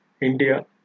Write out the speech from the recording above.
India